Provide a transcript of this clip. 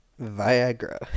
Viagra